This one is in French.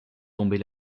tomber